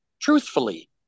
truthfully